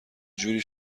جوری